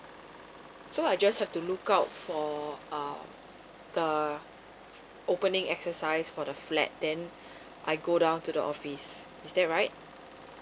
so I just have to look out for uh the opening exercise for the flat then I go down to the office is that right